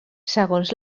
segons